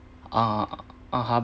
ah (uh huh)